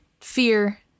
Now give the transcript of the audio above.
fear